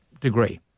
degree